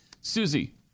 Susie